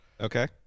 Okay